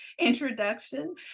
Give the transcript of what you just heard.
introduction